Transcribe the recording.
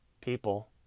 people